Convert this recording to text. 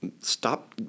stop